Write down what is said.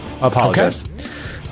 Apologize